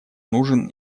нужен